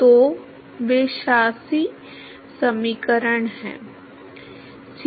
तो वे शासी समीकरण हैं